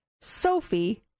Sophie